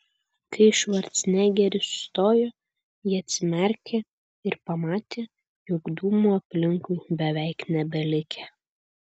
kai švarcnegeris sustojo ji atsimerkė ir pamatė jog dūmų aplinkui beveik nebelikę